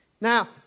Now